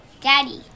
Daddy